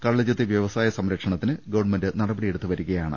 കള്ളു ചെത്ത് വൃവസായ സംരക്ഷണത്തിന് ഗവൺമെന്റ് നടപടിയെടുത്തുവരികയാണ്